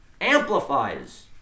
amplifies